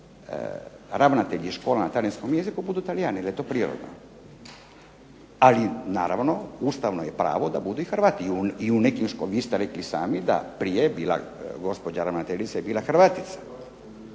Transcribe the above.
ravnatelji škola na talijanskom jeziku budu Talijani i da je to prirodno. Ali, naravno ustavno je pravo da budu i Hrvati. I u nekim školama, vi ste rekli i sami da prije je bila gospođa ravnateljica je bila Hrvatica.